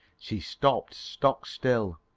she stopped stock-still,